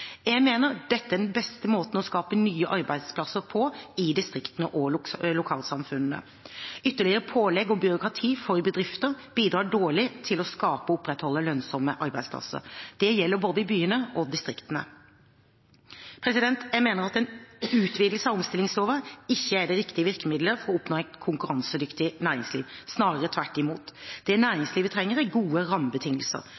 Jeg mener at dette er den beste måten å skape nye arbeidsplasser på i distriktene og lokalsamfunn. Ytterligere pålegg og byråkrati for bedriftene bidrar dårlig til å skape og opprettholde lønnsomme arbeidsplasser. Det gjelder både i byene og i distriktene. Jeg mener at en utvidelse av omstillingslova ikke er det riktige virkemiddelet for å oppnå et konkurransedyktig næringsliv, snarere tvert imot. Det